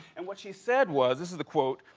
and what she said was, this is the quote,